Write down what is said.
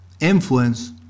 influence